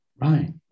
Right